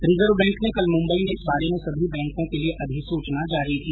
reserve bank ने कल मुंबई में इस बारे में सभी बैंकों के लिये अधिसूचना जारी की